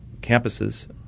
campuses